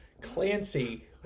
Clancy